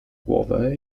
głowę